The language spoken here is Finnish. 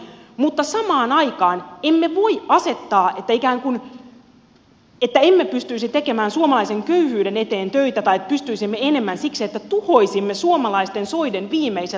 mutta emme voi asettaa näitä vastakkain ikään kuin pystyisimme tekemään suomalaisen köyhyyden eteen töitä enemmän siksi että tuhoaisimme suomalaisten soiden viimeiset luontoarvot